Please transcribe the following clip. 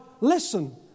listen